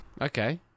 Okay